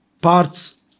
parts